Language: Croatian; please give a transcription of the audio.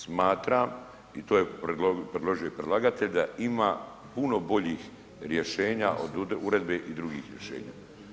Smatram i to je predložio i predlagatelj da ima puno boljih rješenja od uredbe i drugih rješenja.